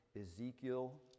Ezekiel